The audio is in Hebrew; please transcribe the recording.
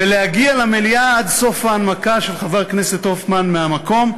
ולהגיע למליאה עד סוף ההנמקה של חבר הכנסת הופמן מהמקום,